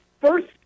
first